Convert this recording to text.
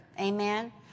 Amen